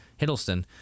Hiddleston